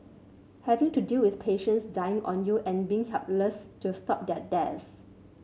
have to deal with patients dying on you and being helpless to stop their deaths